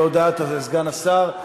בהודעת סגן השר.